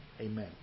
Amen